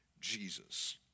Jesus